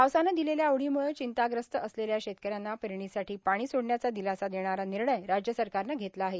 पावसानं दिलेल्या ओढीमुळं चिंताग्रस्त असलेल्या शेतकऱ्यांना पेरणीसाठी पाणी सोडण्याचा दिलासा देणारा निर्णय राज्य सरकारनं घेतला आहे